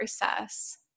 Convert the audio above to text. process